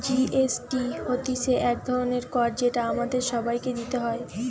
GST হতিছে এক ধরণের কর যেটা আমাদের সবাইকে দিতে হয়